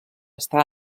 està